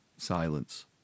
Silence